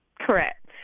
Correct